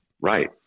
Right